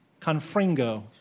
Confringo